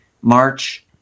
March